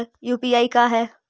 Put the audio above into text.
UPI का है?